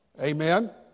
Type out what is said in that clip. Amen